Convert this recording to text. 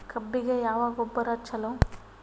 ಕಬ್ಬಿಗ ಯಾವ ಗೊಬ್ಬರ ಛಲೋ?